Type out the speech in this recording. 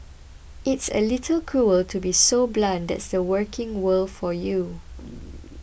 it's a little cruel to be so blunt that's the working world for you